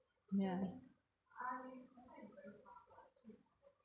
ya